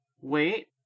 Wait